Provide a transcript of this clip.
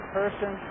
person